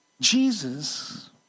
Jesus